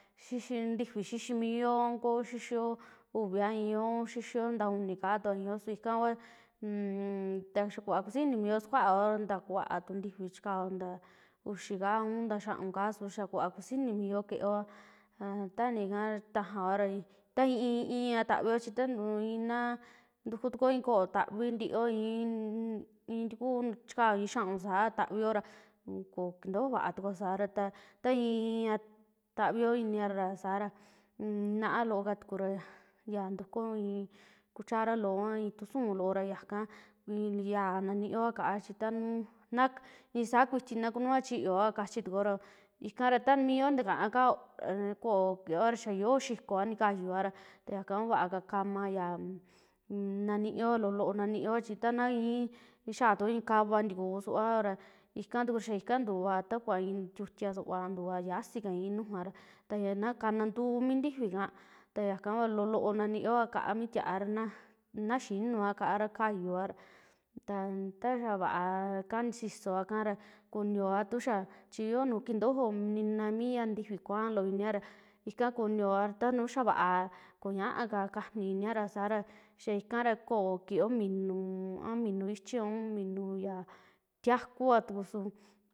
Xixi ntifi xiximio a koo xixio uvia iyo, aun xixio ntaa uni kaa tua iyoo su ikakua un taa xaa kuvaa kuxii inii mio sakuaoa ntaa kuaa tuu ntifi chikao ntaa uxii kaa an tu xaaun kaa su xaa kuva kusiji ini mio keeoa, taa ntiika tajaora ta i'i, i'i tavio chi ta inaa ntuku tukuo i ko'o tavintio i'i in ntikuu chikao y xaaun saa tavio ra kookintojo vaa tukua saara taa i'i, i'ia tavio inira sara unaaloo katura ya ntukuo i'i cuchara loo a i'i tu su'u loo ra yaka iyaa ntanioa kaa, chi ta na isaa kuiti na kunua chiiyoa kachitukuora, ikara ta mio ntaka kao koo kioara xaa yoo xikoa nikayuara yaka kua vakara kama yaa ntanio ya loo, loo ntanioa chi ta na ixaa toko i'i kava ntikuusuvaoa ra ika tuku ntuaa ta kuva i tiutia suva tuva, yasii ii ñujuara ta ya na kana ntuu mi ntifika ta yaka kua loo, loo ntanio ya kaa mi tiaa ra na xinua kaara ra kayua ta, ta xaa vaa kaa nisisoa kara kunio tu xaa, chi yoo nuju kintojo nina miya ntifi kuaa loo iniara ika kunio ta nuu xaa vaa koñaaka kajni ikia sara xaa ikara koo kio minuu, a minuu ichi, aun minu ya tiakua tuku su.